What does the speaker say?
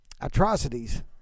atrocities